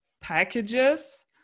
packages